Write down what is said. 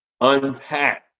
unpack